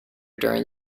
during